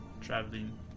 Traveling